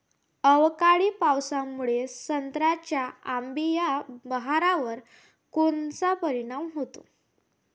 अवकाळी पावसामुळे संत्र्याच्या अंबीया बहारावर कोनचा परिणाम होतो?